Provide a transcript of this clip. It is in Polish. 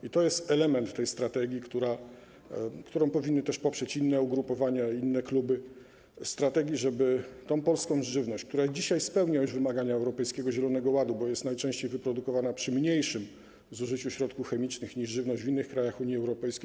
I to jest element strategii, którą powinny też poprzeć inne ugrupowania i inne kluby - strategii, żeby promować polską żywność, która dzisiaj spełnia już wymagania Europejskiego Zielonego Ładu, bo najczęściej jest wyprodukowana przy mniejszym zużyciu środków chemicznych niż żywność w innych krajach Unii Europejskiej.